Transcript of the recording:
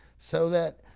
so that.